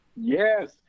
Yes